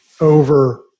over